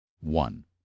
One